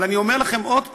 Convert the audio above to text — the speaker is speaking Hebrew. אבל אני אומר לכם עוד פעם: